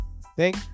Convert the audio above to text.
Thank